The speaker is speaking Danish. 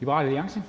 Liberal Alliance.